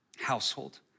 Household